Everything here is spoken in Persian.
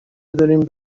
داریم